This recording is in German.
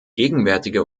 gegenwärtige